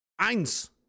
Eins